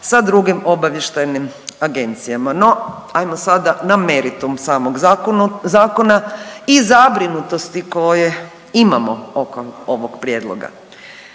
sa drugim obavještajnim agencijama. No, ajmo sada na meritum samog zakona i zabrinutosti koje imamo oko ovog prijedloga.